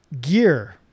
Gear